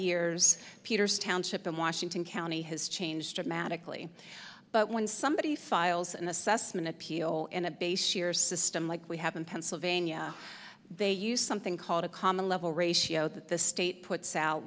years peters township in washington county has changed dramatically but when somebody files and assessment appeal and a base year system like we have in pennsylvania they use something called a common level ratio that the state puts out